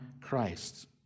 Christ